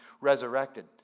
resurrected